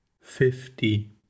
fifty